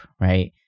right